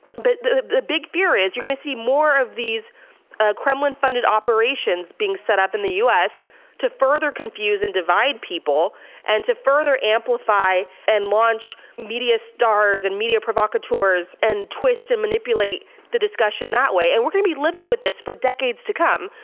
but the the big fear is you're gonna see more of these ah kremlin funded operations being set up in the us to further confuse and divide people and to further amplify and launch media stars and media provocateurs and twist and manipulate the discussion that way. and we're gonna be living with this for decades to come.